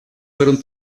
fueron